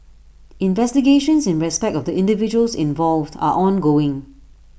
investigations in respect of the individuals involved are ongoing